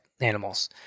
animals